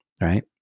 right